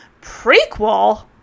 prequel